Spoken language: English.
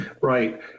right